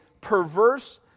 perverse